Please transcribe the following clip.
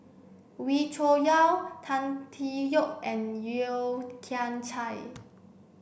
Wee Cho Yaw Tan Tee Yoke and Yeo Kian Chye